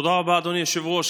תודה רבה, אדוני היושב-ראש.